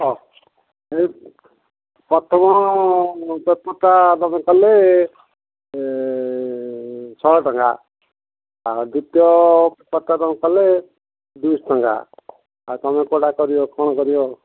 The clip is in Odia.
ହଁ ପ୍ରଥମ ପେପରଟା ତୁମେ କଲେ ଶହେ ଟଙ୍କା ଆଉ ଦ୍ଵିତୀୟ ପେପରଟା ତୁମେ କଲେ ଦୁଇଶହ ଟଙ୍କା ଆଉ ତୁମେ କେଉଁଟା କରିବ କ'ଣ କରିବ